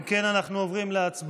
אם כן, אנחנו עוברים להצבעה.